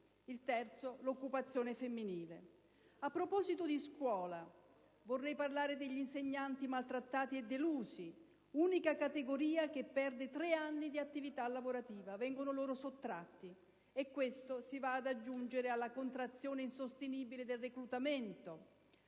il terzo l'occupazione femminile. A proposito di scuola, vorrei parlare degli insegnanti maltrattati e delusi, l'unica categoria che perde tre anni di attività lavorativa: vengono loro sottratti, e ciò si va ad aggiungere alla contrazione insostenibile del reclutamento,